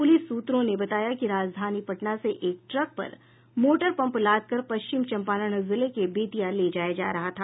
police सूत्रों ने बताया कि राजधानी पटना से एक ट्रक पर मोटर पंप लादकर पश्चिम चंपारण जिले के बेतिया ले जाया जा रहा था